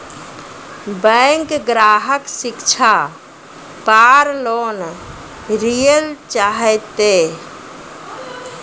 Bank ग्राहक शिक्षा पार लोन लियेल चाहे ते?